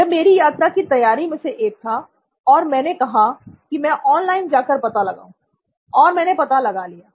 यह मेरी यात्रा की तैयारी में से एक था और मैंने कहा की मैं ऑनलाइन जाकर पता लगाऊं और मैंने पता लगा लिया